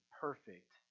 perfect